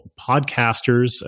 podcasters